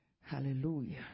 Hallelujah